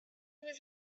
was